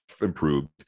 improved